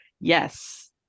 Yes